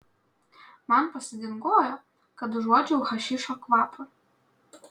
man pasidingojo kad užuodžiau hašišo kvapą